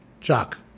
chuck